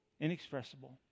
inexpressible